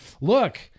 look